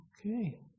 Okay